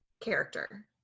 character